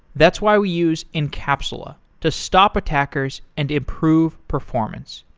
that's why we use encapsula to stop attackers and improve performance.